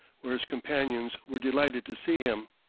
where his companions were delighted to see him.